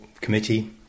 committee